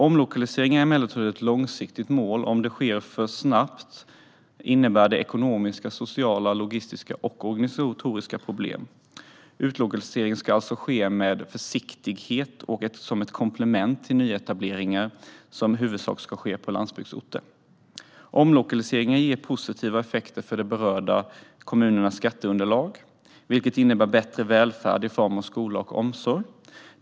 Omlokalisering är emellertid ett långsiktigt mål. Om den sker för snabbt innebär det ekonomiska, sociala, logistiska och organisatoriska problem. Utlokaliseringar ska alltså ske med försiktighet och som ett komplement till nyetableringar som i huvudsak ska ske på landsbygdsorter. Omlokaliseringar ger positiva effekter för de berörda kommunernas skatteunderlag, vilket innebär bättre välfärd i form av skola och omsorg.